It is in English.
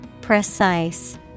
Precise